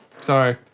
sorry